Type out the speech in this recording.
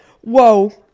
Whoa